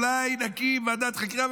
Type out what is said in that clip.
אולי נקים ועדת חקירה.